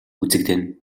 үзэгдэнэ